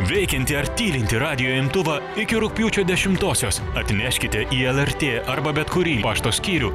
veikiantį ar tylintį radijo imtuvą iki rugpjūčio dešimtosios atneškite į lrt arba bet kurį pašto skyrių